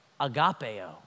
Agapeo